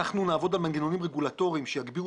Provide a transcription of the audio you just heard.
אנחנו נעבוד במנגנונים רגולטוריים שיגדירו